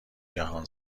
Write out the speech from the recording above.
جهان